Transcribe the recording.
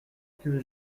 que